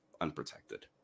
unprotected